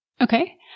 Okay